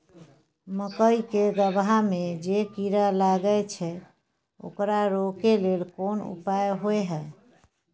मकई के गबहा में जे कीरा लागय छै ओकरा रोके लेल कोन उपाय होय है?